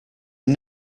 are